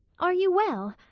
are you well?